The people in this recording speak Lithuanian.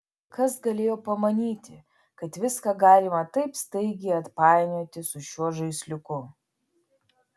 kas galėjo pamanyti kad viską galima taip staigiai atpainioti su šiuo žaisliuku